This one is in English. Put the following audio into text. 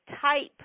type